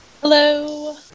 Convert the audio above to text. Hello